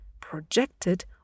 projected